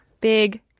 Big